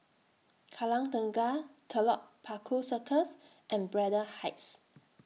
Kallang Tengah Telok Paku Circus and Braddell Heights